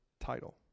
title